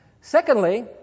Secondly